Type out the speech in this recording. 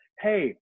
Hey